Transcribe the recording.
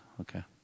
Okay